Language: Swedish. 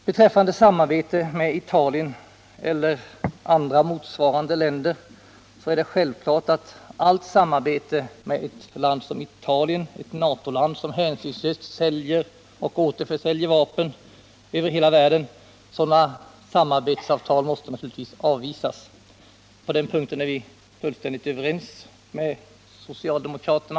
Beträffande samarbete med Italien eller motsvarande länder är det självklart att alla samarbetsavtal med ett sådant land — ett Natoland som hänsynslöst säljer och återförsäljer vapen över hela världen — måste avvisas. På den punkten är vi fullständigt överens med socialdemokraterna.